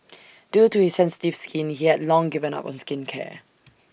due to his sensitive skin he had long given up on skincare